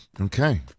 Okay